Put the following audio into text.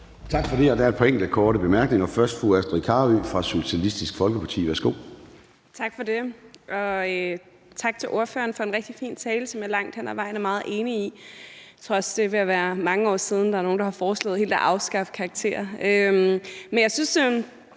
Tak for det. Der er et par korte bemærkninger. Først er det fru Astrid Carøe fra Socialistisk Folkeparti. Værsgo. Kl. 13:33 Astrid Carøe (SF): Tak for det. Og tak til ordføreren for en rigtig fin tale, som jeg langt hen ad vejen er meget enig i. Jeg tror også, det er ved at være mange år siden, at der er nogen, der har foreslået helt at afskaffe karakterer. Jeg synes,